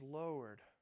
lowered